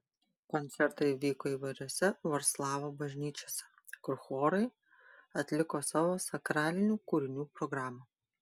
koncertai vyko įvairiose vroclavo bažnyčiose kur chorai atliko savo sakralinių kūrinių programą